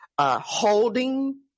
holding